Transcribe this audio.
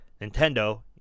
Nintendo